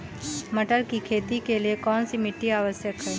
मटर की खेती के लिए कौन सी मिट्टी आवश्यक है?